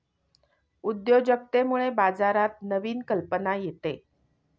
उद्योजकतेमुळे बाजारात नवीन कल्पना येते